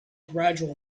gradual